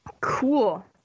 Cool